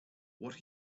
what